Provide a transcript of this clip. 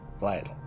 vital